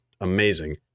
amazing